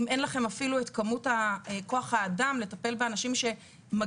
אם אין לכם אפילו את כוח האדם לטפל באנשים שמגיע